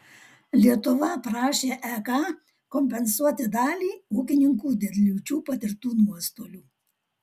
lietuva prašė ek kompensuoti dalį ūkininkų dėl liūčių patirtų nuostolių